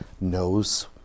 knows